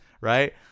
right